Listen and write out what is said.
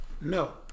No